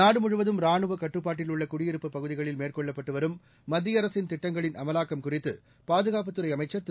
நாடுமுழுவதும் ரானுவ கட்டுப்பாட்டில் உள்ள குடியிருப்புப் பகுதிகளில் மேற்கொள்ளப்பட்டுவரும் மத்திய அரசின் திட்டங்களின் அமலாக்கம் குறித்து பாதுகாப்புத்துறை அமைச்சர் திரு